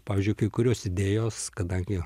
pavyzdžiui kai kurios idėjos kadangi